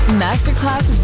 masterclass